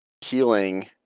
healing